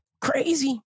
Crazy